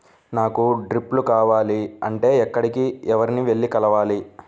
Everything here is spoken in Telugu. నాకు డ్రిప్లు కావాలి అంటే ఎక్కడికి, ఎవరిని వెళ్లి కలవాలి?